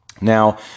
Now